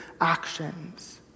actions